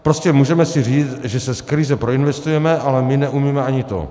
Prostě můžeme si říct, že se z krize proinvestujeme, ale my neumíme ani to.